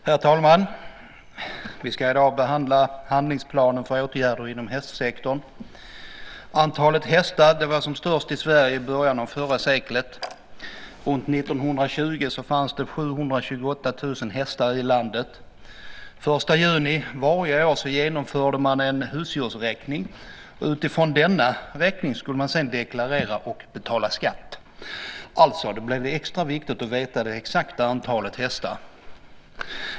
Herr talman! Vi ska i dag behandla handlingsplanen för åtgärder inom hästsektorn. Antalet hästar var som störst i Sverige i början av förra seklet. Runt 1920 fanns det 728 000 hästar i landet. Den 1 juli varje år genomförde man en husdjursräkning. Utifrån denna räkning skulle man sedan deklarera och betala skatt. Det var alltså extra viktigt att veta det exakta antalet hästar.